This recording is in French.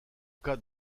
cas